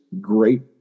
great